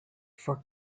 for